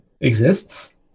exists